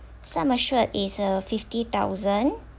sum assured is uh fifty thousand